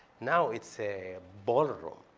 now, it's a boardroom.